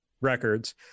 records